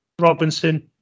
Robinson